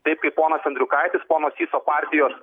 taip kaip ponas andriukaitis pono syso partijos